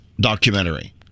documentary